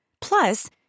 Plus